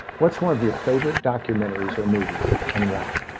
what's one of your favorite documentaries or movies, and why?